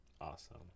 Awesome